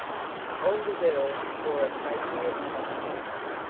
all the girls wore appropriate costumes,